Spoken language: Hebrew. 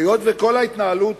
היות שכל ההתנהלות